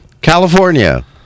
California